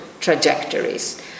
trajectories